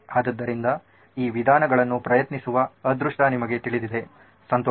ಆದ್ದರಿಂದ ಈ ವಿಧಾನಗಳನ್ನು ಪ್ರಯತ್ನಿಸುವ ಅದೃಷ್ಟ ನಿಮಗೆ ತಿಳಿದಿದೆ ಸಂತೋಷ